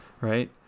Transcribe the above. Right